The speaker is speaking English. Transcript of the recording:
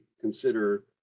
consider